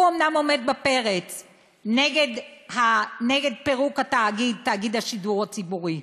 הוא אומנם עומד בפרץ בעניין פירוק תאגיד השידור הציבורי.